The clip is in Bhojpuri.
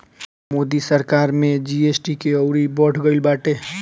मोदी सरकार में जी.एस.टी के अउरी बढ़ गईल बाटे